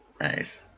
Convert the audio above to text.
Nice